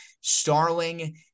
Starling